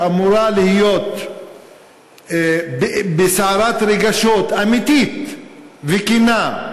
שאמורה להיות בסערת רגשות אמיתית וכנה,